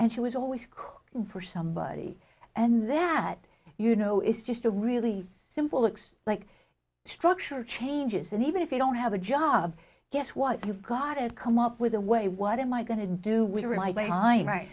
and she was always cooking for somebody and that you know it's just a really simple looks like structure changes and even if you don't have a job guess what you've got it come up with a way what am i going to do